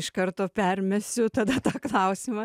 iš karto permesiu tada tą klausimą